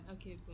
Okay